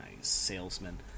salesman